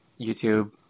YouTube